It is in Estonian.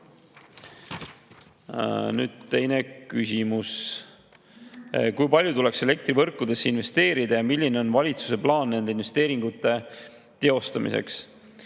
Teine küsimus: "Kui palju tuleks elektrivõrkudesse investeerida ja milline on valitsuse plaan nende investeeringute teostamiseks?"